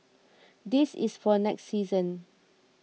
this is for next season